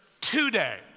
today